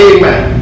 Amen